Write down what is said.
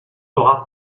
n’aura